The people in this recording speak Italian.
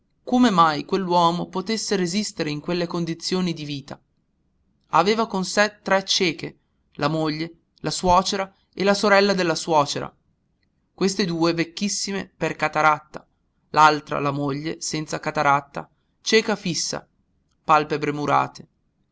come mai quell'uomo potesse resistere in quelle condizioni di vita aveva con sé tre cieche la moglie la suocera e la sorella della suocera queste due vecchissime per cataratta l'altra la moglie senza cataratta cieca fissa palpebre murate